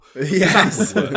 Yes